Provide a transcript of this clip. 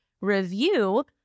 review